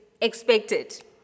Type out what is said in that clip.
expected